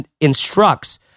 instructs